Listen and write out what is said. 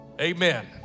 amen